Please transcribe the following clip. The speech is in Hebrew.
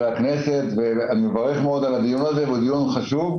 אני מברך על הדיון הזה, הוא דיון חשוב.